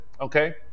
okay